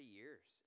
years